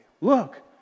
look